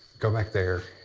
go back there.